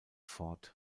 fort